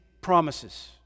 promises